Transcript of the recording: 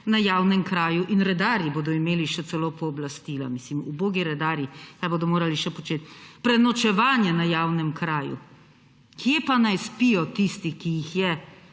na javnem kraju in redarji bodo imeli še celo pooblastila. Mislim, ubogi redarji, kaj bodo morali še početi. Prenočevanje na javnem kraju – kje pa naj spijo tisti, ki jih je